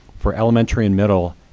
for elementary and middle,